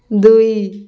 ଦୁଇ